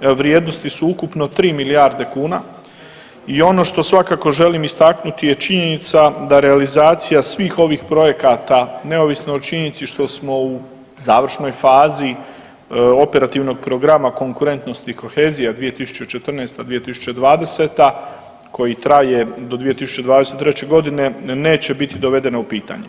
vrijednosti su ukupno 3 milijarde kuna i ono što svakako želim istaknuti je činjenica da realizacija svih ovih projekata, neovisno o činjenici što smo u završnoj fazi Operativnog programa konkurentnost i kohezija 2014.-2020., koji traje do 2023. g., neće biti dovedena u pitanje.